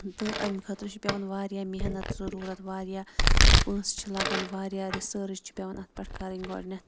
تہٕ اَمہِ خٲطرٕ چھُ پٮ۪وان واریاہ محنت ضٔروٗرت واریاہ پونٛسہٕ چھِ لَگان واریاہ رِسٲرٕچ چھِ پٮ۪وان اَتھ پٮ۪ٹھ کَرٕنۍ گۄڈٕنٮ۪تھ تہٕ